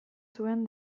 zuen